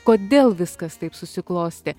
kodėl viskas taip susiklostė